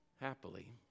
Happily